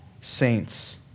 saints